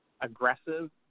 aggressive